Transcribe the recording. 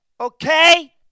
okay